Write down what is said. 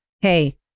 hey